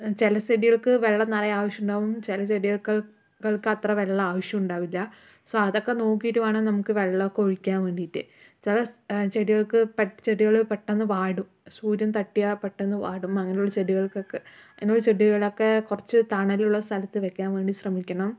ചില ചെടികൾക്ക് വെള്ളം നിറയെ ആവശ്യമുണ്ടാവും ചില ചെടികൾക്ക് അത്ര വെള്ളം ആവശ്യമുണ്ടാവില്ല സോ അതൊക്കെ നോക്കീട്ട് വേണം നമുക്ക് വെള്ളം ഒക്കെ ഒഴിയ്ക്കാൻ വേണ്ടീട്ട് ചില ചെടികൾക്ക് ചെടികൾ പെട്ടെന്ന് വാടും സൂര്യൻ തട്ടിയാൽ പെട്ടന്ന് വാടും അങ്ങനെയുള്ള ചെടികൾക്കൊക്കെ അങ്ങനുള്ള ചെടികളൊക്കെ കുറച്ച് തണലുള്ള സ്ഥലത്ത് വെയ്ക്കാൻ വേണ്ടി ശ്രമിക്കണം